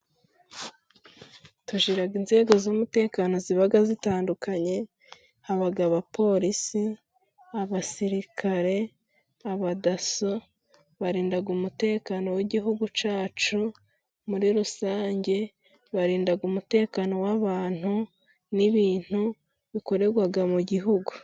Tugira inzego z'umutekano ziba zitandukanye haba Abapolisi , Abasirikare, Abadaso, barinda umutekano w'igihugu cyacu muri rusange . Barinda umutekano w'abantu n'ibintu bikorerwa mu gihugu.